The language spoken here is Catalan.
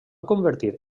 convertir